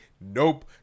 nope